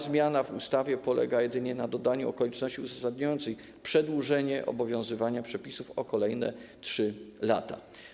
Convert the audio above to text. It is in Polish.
Zmiana w ustawie polega jedynie na dodaniu okoliczności uzasadniających przedłużenie obowiązywania przepisów o kolejne 3 lata.